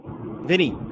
Vinny